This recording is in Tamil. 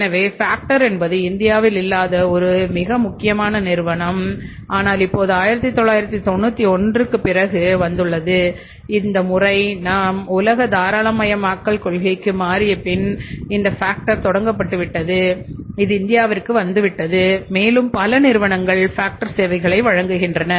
எனவே ஃபேக்டர் சேவைகளை வழங்குகின்றன